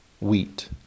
Wheat